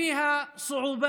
יהיה תרגום